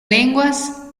lenguas